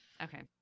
Okay